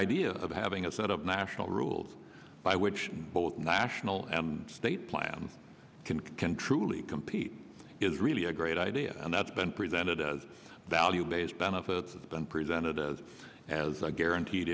idea of having a set of national rules by which both national and state plan can truly compete is really a great idea and that's been presented as value based benefits and presented as a guaranteed